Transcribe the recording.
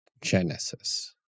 Genesis